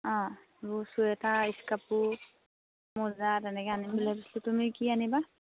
অঁ এইবোৰ চুৱেটাৰ ইচ কাপোৰ মোজা তেনেকৈ আনিম বুলি ভাবিছোঁ তুমি কি আনিবা